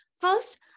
First